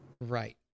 Right